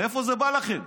מאיפה זה בא לכם?